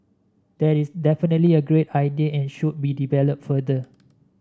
that is definitely a great idea and should be developed further